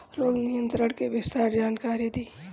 रोग नियंत्रण के विस्तार जानकारी दी?